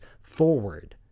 forward